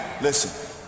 Listen